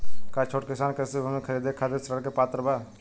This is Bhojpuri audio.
का छोट किसान कृषि भूमि खरीदे के खातिर ऋण के पात्र बा?